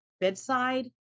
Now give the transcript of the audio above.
bedside